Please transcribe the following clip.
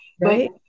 right